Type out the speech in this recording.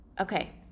Okay